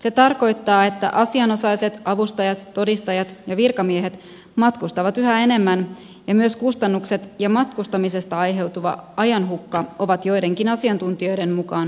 se tarkoittaa että asianosaiset avustajat todistajat ja virkamiehet matkustavat yhä enemmän ja myös kustannukset ja matkustamisesta aiheutuva ajanhukka ovat joidenkin asiantuntijoiden mukaan lisääntyneet